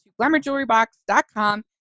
glamourjewelrybox.com